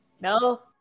No